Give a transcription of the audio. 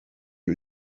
who